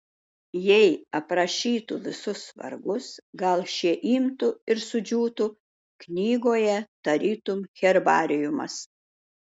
jei aprašytų visus vargus gal šie imtų ir sudžiūtų knygoje tarytum herbariumas